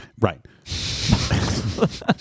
Right